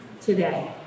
today